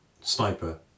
sniper